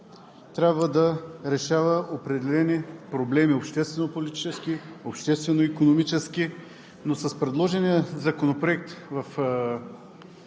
трябва да решава определени проблеми – обществено-политически, обществено-икономически, но с предложения законопроект –